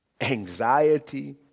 Anxiety